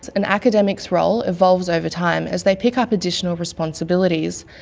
an academic's role evolves over time as they pick up additional responsibilities,